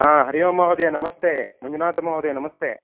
हरिः ओं महोदय नमस्ते मञ्जुनाथ महोदय नमस्ते